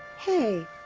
hey!